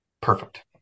perfect